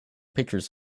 pictures